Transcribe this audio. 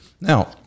Now